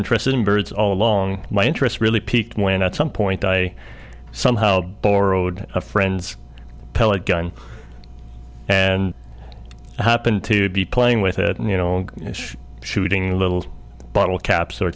interested in birds all along my interest really piqued when at some point i somehow bore owed a friend's pellet gun and happened to be playing with it and you know shooting little bottle caps or